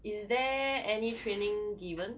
is there any training given